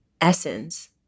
essence